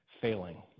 failing